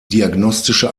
diagnostische